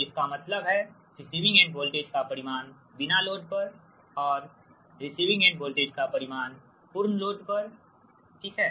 तोइसका मतलब है receiving end voltage का परिमाण बिना लोड पर औरVRFL रिसीविंग एंड वोल्टेज का परिमाण पूर्ण लोड पर ठीक है